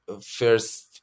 first